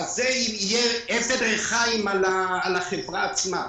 זה יהיה אבן ריחיים על החברה עצמה.